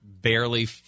barely